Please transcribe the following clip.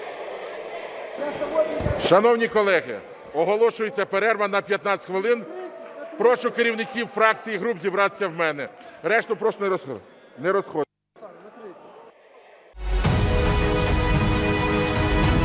Шановні колеги! Оголошується перерва на 15 хвилин. Прошу керівників фракцій і груп зібратися в мене, решту прошу не розходитися.